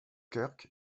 kirk